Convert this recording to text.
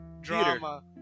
Drama